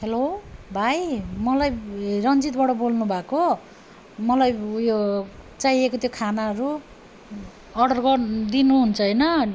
hello भाइ मलाई रन्जितबाट बोल्नु भएको मलाई उयो चाहिएको थियो खानाहरू अर्डर गरी दिनु हुन्छ होइन